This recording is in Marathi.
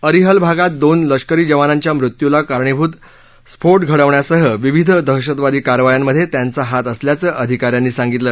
अरिहल भागात दोन लष्करी जवानांच्या मृत्युला कारणीभूत स्फोट घडवण्यासह विविध दहशतवादी कारवायांमधे त्यांचा हात असल्याचं अधिकाऱ्यांनी सांगितलं